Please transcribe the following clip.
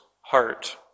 heart